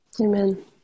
Amen